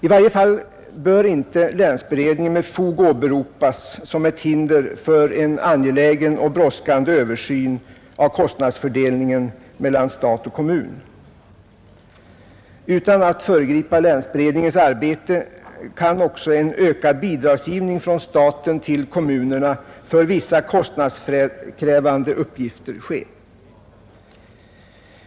I varje fall bör inte länsberedningen med fog åberopas som ett hinder för en angelägen och brådskande översyn av kostnadsfördelningen mellan stat och kommun. Utan att föregripa länsberedningens arbete kan en ökad bidragsgivning till kommunerna för vissa kostnadskrävande uppgifter ske.